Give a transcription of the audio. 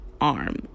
arm